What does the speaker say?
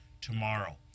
tomorrow